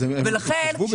הם דווקא התחשבו בזה כאן.